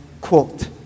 quote